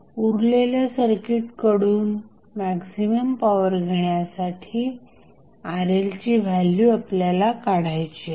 उरलेल्या सर्किट कडून maximum power घेण्यासाठी RL ची व्हॅल्यू आपल्याला काढायची आहे